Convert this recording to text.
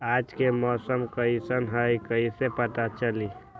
आज के मौसम कईसन हैं कईसे पता चली?